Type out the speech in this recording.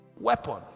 weapon